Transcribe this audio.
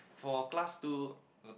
for class two uh